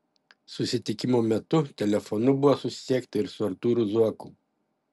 susitikimo metu telefonu buvo susisiekta ir su artūru zuoku